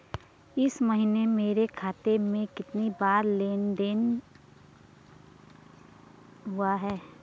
इस महीने मेरे खाते में कितनी बार लेन लेन देन हुआ है?